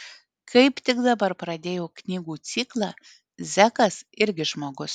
kaip tik dabar pradėjau knygų ciklą zekas irgi žmogus